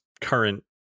current